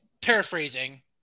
paraphrasing